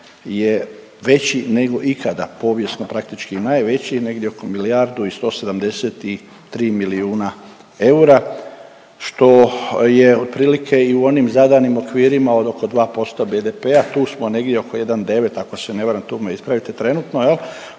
je veći nego ikada povijesno praktički najveći negdje oko milijardu i 173 milijuna eura, što je otprilike i u onim zadanim okvirima od oko 2% BDP-a, tu smo negdje oko 1,9 ako se ne varam tu me ispravite trenutno jel